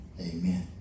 Amen